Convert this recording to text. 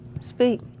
Speak